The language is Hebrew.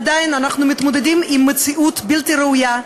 עדיין אנחנו מתמודדים עם מציאות בלתי ראויה,